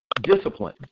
discipline